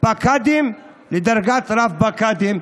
פקד לדרגת רב-פקד.